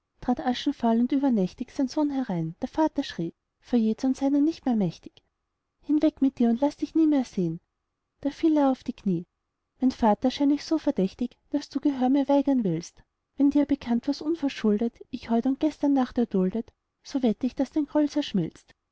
trat aschenfahl und übernächtig sein sohn herein der vater schrie vor jähzorn seiner nicht mehr mächtig hinweg mit dir und laß dich nie mehr sehn da fiel er auf die knie mein vater schein ich so verdächtig daß du gehör mir weigern willst wenn dir bekannt was unverschuldet ich heut und gestern nacht erduldet so wett ich daß dein groll zerschmilzt